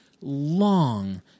long